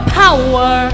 power